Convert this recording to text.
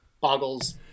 boggles